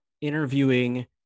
interviewing